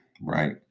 right